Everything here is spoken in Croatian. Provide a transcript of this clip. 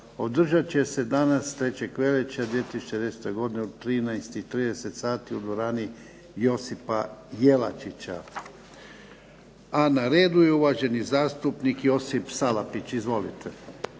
održat će se danas 3. veljače 2010. godine u 13,30 sati u dvorani "Josipa Jelačića". Na redu je uvaženi zastupnik Josip Salapić. Izvolite.